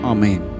Amen